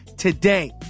Today